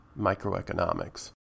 microeconomics